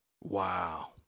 Wow